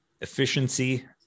efficiency